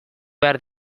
behar